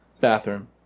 bathroom